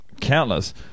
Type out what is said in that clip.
countless